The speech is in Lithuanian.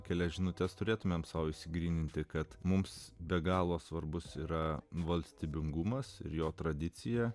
kelias žinutes turėtumėm sau išsigryninti kad mums be galo svarbus yra valstybingumas ir jo tradicija